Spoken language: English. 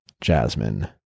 Jasmine